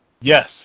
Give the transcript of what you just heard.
Yes